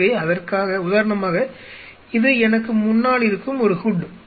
எனவே அதற்காக உதாரணமாக இது எனக்கு முன்னால் இருக்கும் ஒரு ஹூட்